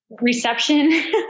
reception